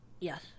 Yes